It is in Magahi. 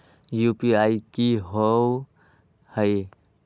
यू.पी.आई कि होअ हई?